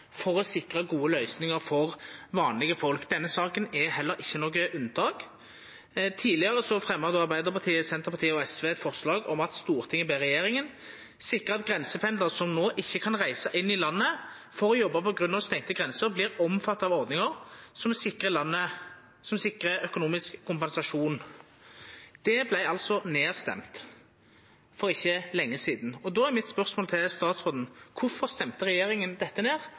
for å sikra gode løysingar for vanlege folk. Denne saka er heller ikkje noko unntak. Tidlegare fremja Arbeidarpartiet, Senterpartiet og SV eit forslag om at «Stortinget ber regjeringen sikre at grensependlere som nå ikke kan reise inn i landet for å jobbe på grunn av stengte grenser, blir omfattet av ordninger som sikrer økonomisk kompensasjon.» Det vart altså nedstemt for ikkje lenge sidan. Då er spørsmålet mitt til statsråden: Kvifor stemte regjeringspartia dette ned